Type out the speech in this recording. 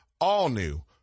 all-new